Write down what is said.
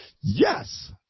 Yes